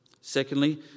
Secondly